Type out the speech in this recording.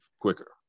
quicker